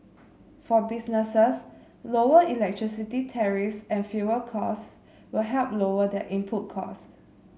for businesses lower electricity tariffs and fuel costs will help lower their input costs